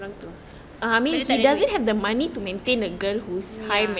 tapi takde duit ya